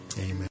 Amen